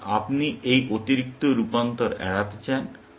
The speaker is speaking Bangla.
সুতরাং আপনি ওই অতিরিক্ত রূপান্তর এড়াতে চান